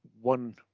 one